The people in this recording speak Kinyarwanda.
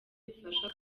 bifasha